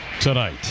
tonight